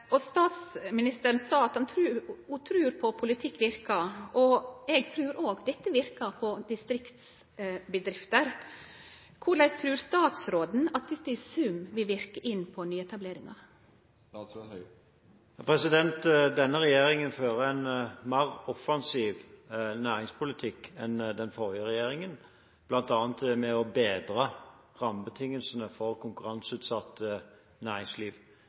Statsministeren sa at ho trur på at politikk verkar, og eg trur òg dette verkar på distriktsbedrifter. Korleis trur statsråden at dette i sum vil verke inn på nyetableringar? Denne regjeringen fører en mer offensiv næringspolitikk enn den forrige regjeringen, bl.a. ved å bedre rammebetingelsene for konkurranseutsatt næringsliv.